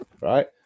Right